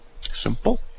Simple